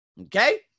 okay